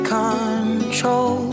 control